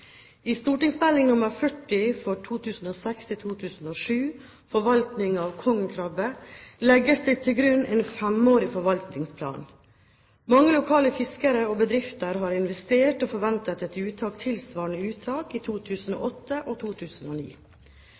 I St.meld. nr. 40 for 2006-2007, Forvaltning av kongekrabbe, legges det til grunn en femårig forvaltningsplan. Mange lokale fiskere og bedrifter har investert og forventet et uttak tilsvarende uttakene i 2008 og 2009.